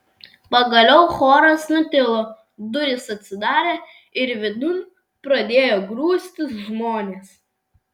pagaliau choras nutilo durys atsidarė ir vidun pradėjo grūstis žmonės